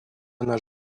наш